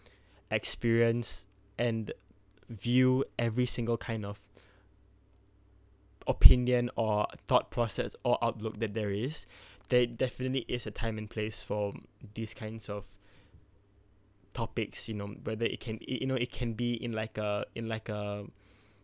experience and view every single kind of opinion or thought process or outlook that there is there definitely is a time and place for these kinds of topics you know whether it can it it you know it can be in like a in like a